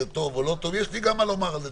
טוב או לא טוב יש לי גם מה לומר על זה,